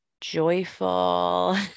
joyful